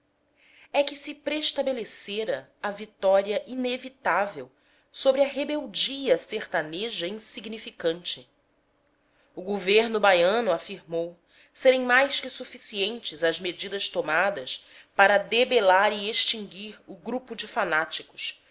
é que se preestabelecera a vitória inevitável sobre a rebeldia sertaneja insignificante o governo baiano afirmou serem mais que suficientes as medidas tomadas para debelar e extinguir o grupo de fanáticos